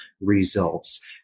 results